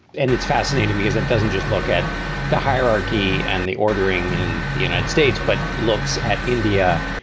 and it's fascinating because it doesn't just look at the hierarchy and the ordering in the united states, but looks at india,